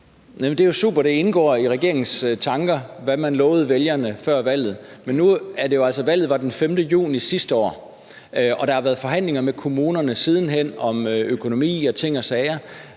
Det er jo super, at det indgår i regeringens tanker, hvad man lovede vælgerne før valget. Men nu var valget jo altså den 5. juni sidste år, og der har været forhandlinger med kommunerne siden hen om økonomi og ting og sager.